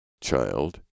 Child